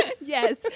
Yes